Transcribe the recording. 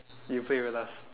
you play with us